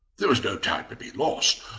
there was no time to be lost.